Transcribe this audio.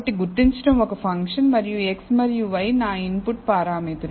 కాబట్టి గుర్తించడం ఒక ఫంక్షన్ మరియు x మరియు y నా ఇన్పుట్ పారామితులు